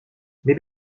mais